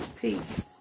Peace